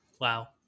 Wow